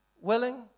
Willing